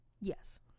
yes